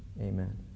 Amen